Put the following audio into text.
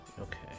okay